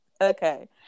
Okay